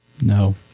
No